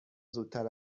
زودتر